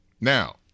Now